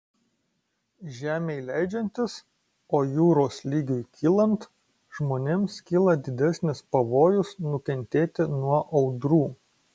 žemei leidžiantis o jūros lygiui kylant žmonėms kyla didesnis pavojus nukentėti nuo audrų